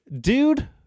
dude